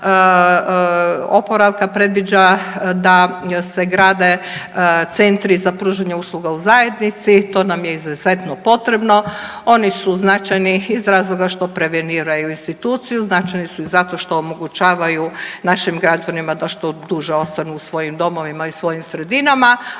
plan predviđa da se grade centri za pružanje usluga u zajednici to nam je izuzetno potrebno. Oni su značajni iz razloga što preveniraju instituciju, značajni su i zato što omogućavaju našim građanima da što duže ostanu u svojim domovima i svojim sredinama,